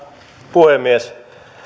puhemies